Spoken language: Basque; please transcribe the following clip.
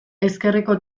ezkerreko